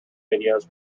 videos